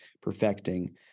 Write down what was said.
perfecting